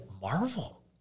Marvel